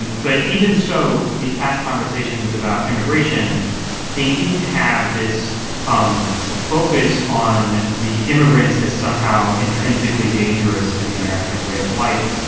and but even so, these past conversations about immigration they didn't have this um focus on the immigrants as somehow intrinsically dangerous to the american way of life,